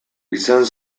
izan